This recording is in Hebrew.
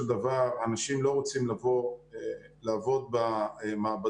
דבר אנשים לא רוצים לבוא לעבוד במעבדות